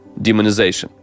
demonization